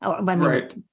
Right